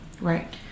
Right